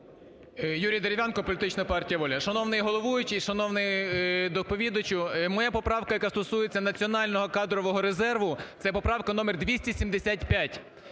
Юрій Дерев'янко, політична партія "Воля". Шановний головуючий і шановний доповідачу, моя поправка, яка стосується національного кадрового резерву, це поправка номер 285.